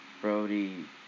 Brody